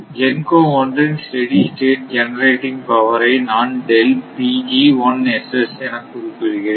GENCO 1 இன் steady state generating பவரை நான் என குறிப்பிடுகிறேன்